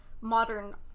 Modern